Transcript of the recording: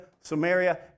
Samaria